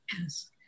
Yes